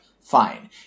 Fine